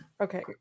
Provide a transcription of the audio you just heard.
Okay